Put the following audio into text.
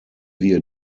wir